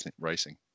racing